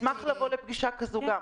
נשמח לבוא גם לפגישה כזו.